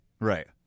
Right